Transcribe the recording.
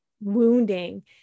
wounding